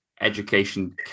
education